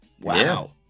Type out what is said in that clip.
Wow